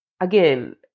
Again